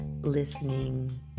listening